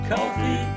Coffee